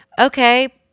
okay